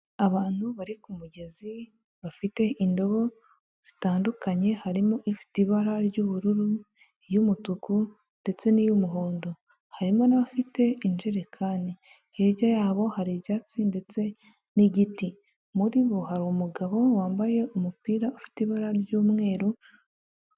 Abantu bari ku mugezi bafite indobo zitandukanye harimo ifite ibara ry'ubururu iy'umutuku ndetse n'iy'umuhondo harimo n'abafite injerekani hirya yabo hari ibyatsi ndetse n'igiti. Muri bo harimu umugabo wambaye umupira ufite ibara ry'umweru.